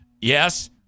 Yes